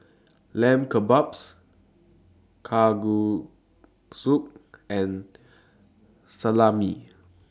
Lamb Kebabs Kalguksu and Salami